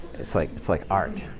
it's like it's like art.